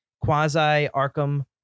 quasi-Arkham